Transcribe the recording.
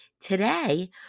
Today